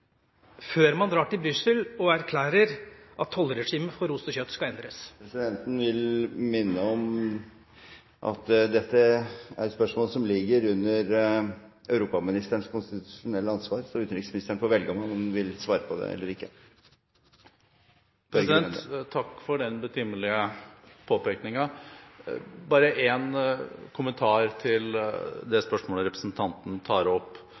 før man drar til Brussel og erklærer at tollregimet for ost og kjøtt skal endres? Presidenten vil minne om at dette er et spørsmål som ligger under europaministerens konstitusjonelle ansvar, så utenriksministeren får velge om han vil svare på det eller ikke. Takk for den betimelige påpekningen. Jeg har bare en kommentar til det spørsmålet representanten tar opp,